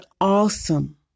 awesome